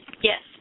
Yes